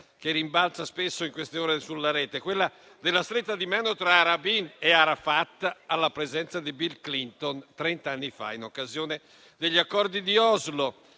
che rimbalza spesso in queste ore sulla rete: quella della stretta di meno tra Rabin e Arafat alla presenza di Bill Clinton, trent'anni fa, in occasione degli Accordi di Oslo.